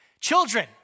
Children